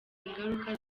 ingaruka